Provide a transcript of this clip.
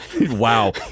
Wow